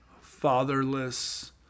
fatherless